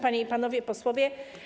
Panie i Panowie Posłowie!